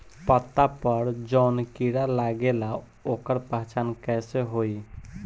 पत्ता पर जौन कीड़ा लागेला ओकर पहचान कैसे होई?